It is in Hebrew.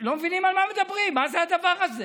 לא מבינים על מה מדברים, מה זה הדבר הזה?